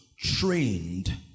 trained